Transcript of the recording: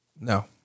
No